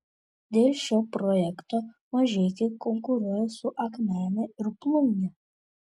dėl šio projekto mažeikiai konkuruoja su akmene ir plunge